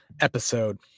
episode